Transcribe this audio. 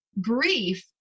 grief